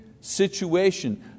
situation